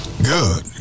good